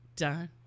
Done